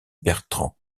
bertrand